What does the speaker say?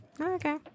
Okay